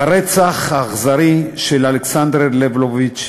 ברצח האכזרי של אלכסנדר לבלוביץ,